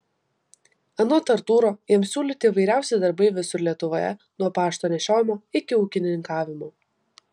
anot artūro jam siūlyti įvairiausi darbai visur lietuvoje nuo pašto nešiojimo iki ūkininkavimo